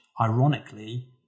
ironically